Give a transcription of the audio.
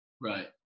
Right